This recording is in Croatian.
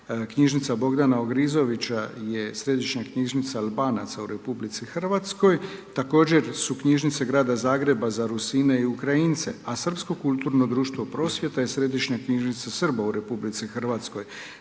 knjižnica Bogdana Ogrizovića je središnja knjižnica Albanaca u RH. Također su knjižnice Grada Zagreba za Rusine i Ukrajince a Srpsko kulturno društvo Prosvjeta je središnja knjižnica Srba u RH. Dodajmo